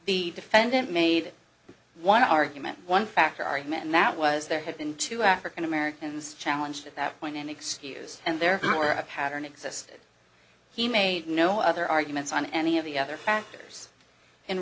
the defendant made one argument one factor argument and that was there had been two african americans challenge at that point and excuse and there were a pattern existed he made no other arguments on any of the other factors in